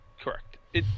Correct